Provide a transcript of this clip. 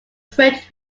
french